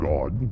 God